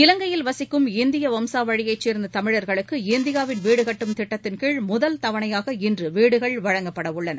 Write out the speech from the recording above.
இவங்கையில் வசிக்கும் இந்திய வம்சாவழியைச் சேர்ந்த தமிழர்களுக்கு இந்தியாவின் வீடுகட்டும் திட்டத்தின் கீழ் முதல் தவணையாக இன்று வீடுகள் வழங்கப்படவுள்ளன